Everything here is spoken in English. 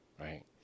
Right